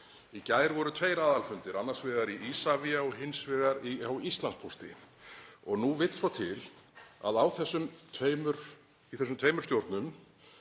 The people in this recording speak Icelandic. Í gær voru tveir aðalfundir, annars vegar hjá Isavia og hins vegar hjá Íslandspósti. Og nú vill svo til að í þessum tveimur stjórnum